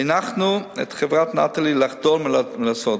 הנחינו את חברת "נטלי" לחדול מלעשות זאת.